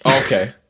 Okay